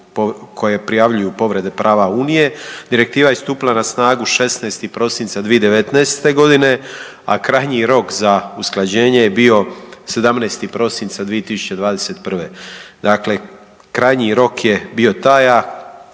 koje prijavljuju povrede prava Unije. Direktiva je stupila na snagu 16. Prosinca 2019. godine, a krajnji rok za usklađenje je bio 17. Prosinca 2021. Dakle, krajnji rok je bio taj